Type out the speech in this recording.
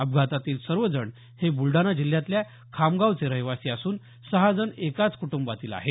अपघातातील सर्व जण हे ब्लडाणा जिल्ह्यातल्या खामगावचे रहिवासी असून सहा जण एकाच कुटुंबातील आहेत